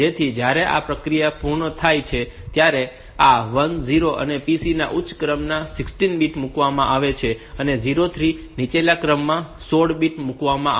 તેથી જ્યારે આ પ્રક્રિયા પૂર્ણ થાય છે ત્યારે આ 1 0 એ PC ના ઉચ્ચ ક્રમના 16 બિટ્સ માં મૂકવામાં આવે છે અને 0 3 નીચલા ક્રમના 16 બિટ્સ માં મૂકવામાં આવશે